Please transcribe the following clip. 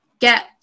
get